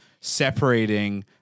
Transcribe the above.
separating